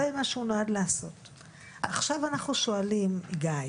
עכשיו אנחנו שואלים את גיא